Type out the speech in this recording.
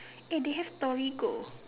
eh they have Torigo